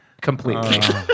completely